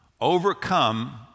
overcome